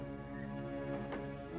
and